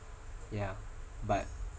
yeah but